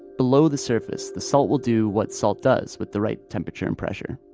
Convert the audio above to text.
below the surface, the salt will do what salt does with the right temperature and pressure.